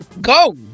go